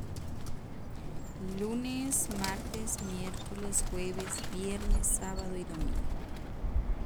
lunes, martes, miércoles, jueves, viernes, sábado y domingo.